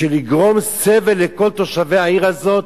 בשביל לגרום סבל לכל תושבי העיר הזאת?